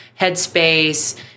Headspace